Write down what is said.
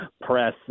press